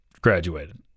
graduated